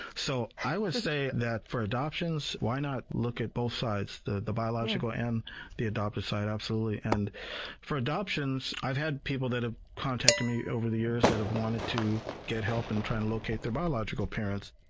so, i would say that for adoptions, why not look at both sides? the the biological and the adopted side, absolutely. and for adoptions, i've had people that have contacted me over the years that wanted to get help and trying to locate their biological parents.